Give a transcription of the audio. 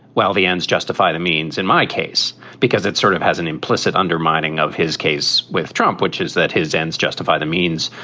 well, the ends justify the means in my case, because it sort of has an implicit undermining of his case with trump, which is that his ends justify the means.